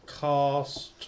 cast